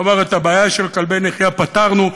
כלומר את הבעיה של כלבי נחייה פתרנו,